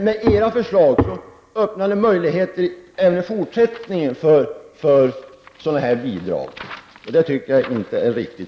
Men era förslag öppnar möjlighet för att även i fortsättningen ha sådana bidrag, och det tycker jag inte är riktigt.